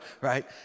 right